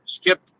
Skip